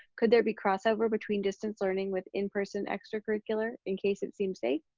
could there be crossover between distance learning with in-person extracurricular in case it seems safe?